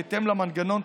בהתאם למנגנון,